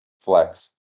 flex